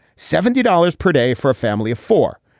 seventy dollars per day for a family of four.